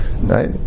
Right